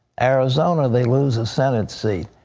arizona, they lost a senate seat.